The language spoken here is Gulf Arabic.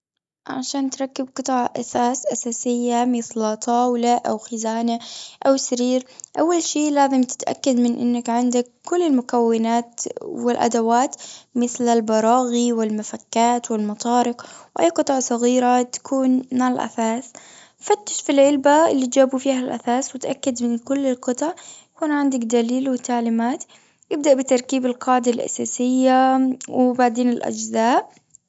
عشان تركب قطع أثاث أساسية، مثل طاولة، أو خزانة، أو سرير. أول شي، لازم تتأكد من إنك عندك كل المكونات والأدوات، مثل البراغي، والمفكات، والمطارق، وأي قطعة صغيرة تكون مع الأثاث. فتش في العلبة اللي جابوا فيها الأثاث، وتأكد من كل القطع. يكون عندك دليل وتعليمات. ابدأ بتركيب القاعدة الأساسية، وبعدين الأجزاء.